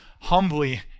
humbly